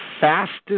fastest